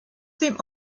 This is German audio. dem